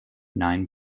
nine